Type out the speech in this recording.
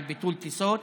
על ביטול טיסות,